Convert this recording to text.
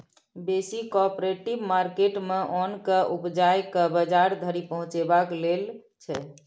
बेसी cooperative market मे ओन केँ उपजाए केँ बजार धरि पहुँचेबाक लेल छै